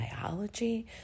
biology